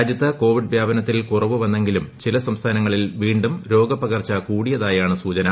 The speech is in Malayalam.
രാജ്യത്ത് കോവിഡ് വ്യാപനത്തിൽ കുറവു വന്നെങ്കിലും ചില സംസ്ഥാനങ്ങളിൽ വീണ്ടും രോഗപ്പകർച്ച കൂടിയതായാണ് സൂചന